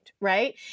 right